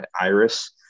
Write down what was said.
iris